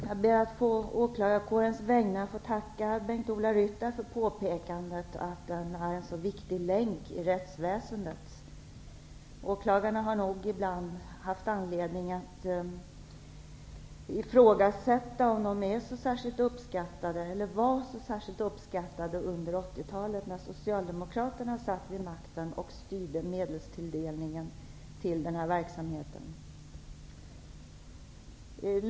Herr talman! Jag ber å åklagarkårens vägnar att få tacka Bengt-Ola Ryttar för påpekandet att detta är en så viktig länk i rättsväsendet. Åklagarna har nog ibland haft anledning att ifrågasätta om de var så särskilt uppskattade under 80-talet när Socialdemokraterna satt vid makten och styrde medelstilldelningen till denna verksamhet.